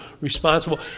responsible